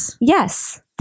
Yes